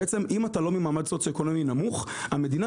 בעצם אם אתה לא ממעמד סוציואקונומי נמוך המדינה